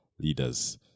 leaders